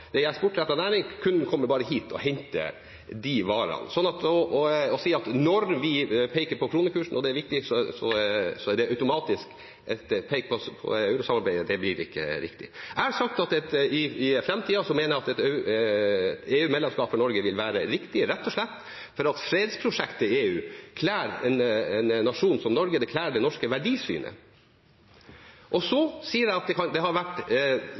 næring bare kunne komme hit og hente disse varene. Så det å si at når vi peker på kronekursen – og det er viktig – er det automatisk å peke også på eurosamarbeidet, og det blir ikke riktig. Jeg har sagt at i framtiden mener jeg at et EU-medlemskap for Norge vil være riktig, rett og slett fordi fredsprosjektet EU kler en nasjon som Norge, det kler det norske verdisynet. Og i og med at vi i dag har dratt fram 2005, sier jeg at det er nyanser i det